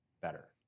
better